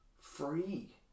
free